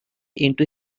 into